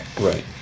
Right